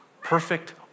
perfect